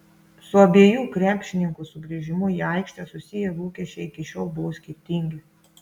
su abiejų krepšininkų sugrįžimu į aikštę susiję lūkesčiai iki šiol buvo skirtingi